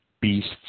Beasts